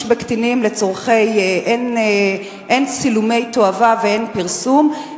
בקטינים הן לצילומי תועבה והן לפרסום,